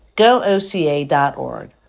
gooca.org